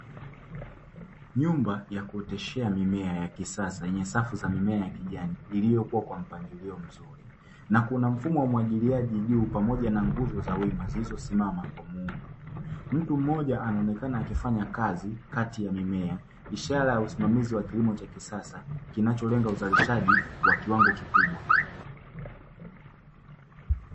Nyumba ya kuoteshea mimea ya kisasa yenye safu za mimea ya kijani iliyokuwa kwa mpangilio mzuri na kuna mfumo wa umwagiliaji juu pamoja na nguzo za wima zilizosimama kwa muundo, mtu mmoja anaonekana akifanya kazi kati ya mimea, ishara ya usimamizi wa kilimo cha kisasa kinacholenga uzalishaji wa kiwango kikubwa.